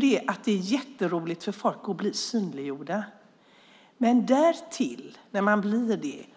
Det är jätteroligt för folk att bli synliggjorda. Men